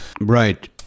Right